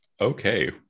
okay